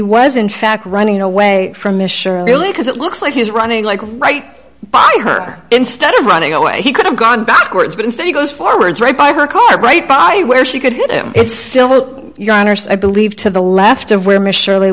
was in fact running away from this surely because it looks like he's running like right by her instead of running away he could've gone backwards but instead he goes forwards right by her car right by where she could hit him it's still i believe to the left of where m